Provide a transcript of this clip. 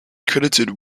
credited